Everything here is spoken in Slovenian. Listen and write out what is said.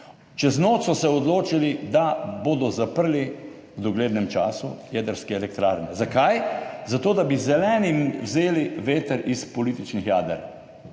Čez noč so se odločili, da bodo zaprli v doglednem času jedrske elektrarne. Zakaj? Zato da bi Zelenim vzeli veter iz političnih jader.